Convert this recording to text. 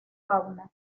fauna